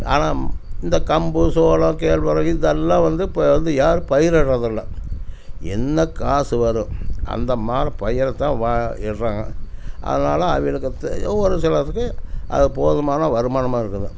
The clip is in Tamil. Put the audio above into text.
ஆனால் இந்த கம்பு சோளம் கேழ்வரகு இதெல்லாம் வந்து இப்போ வந்து யாரும் பயிரிடுறதில்ல என்ன காசு வரும் அந்த மாதிரி பயிரைத்தான் வா இடுறாங்க அதனால் அவங்கள பொறுத்தவரையும் ஒரு சிலதுக்கு அது போதுமான வருமானமாக இருக்கணும்